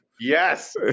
yes